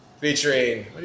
featuring